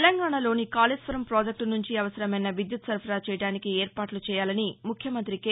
తెలంగాణాలోని కాకేశ్వరం పాజెక్ట్ నుంచి అవసరమైన విద్యుత్ సరఫరా చేయడానికి ఏర్పాట్లు చేయాలని ముఖ్యమంత్రి కె